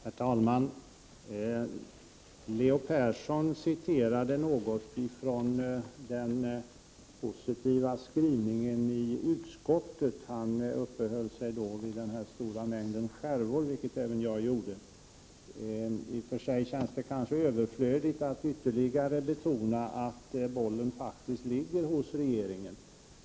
Herr talman! Leo Persson citerade från den positiva skrivningen i utskottet i den här frågan. Han uppehöll sig då vid den stora mängden porslinsskärvor, vilket också jag gjorde. Det känns i och för sig kanske något överflödigt att ytterligare betona att bollen faktiskt ligger hos regeringen.